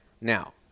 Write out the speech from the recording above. Now